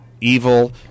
evil